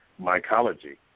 mycology